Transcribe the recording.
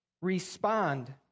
Respond